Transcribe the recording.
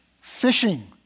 fishing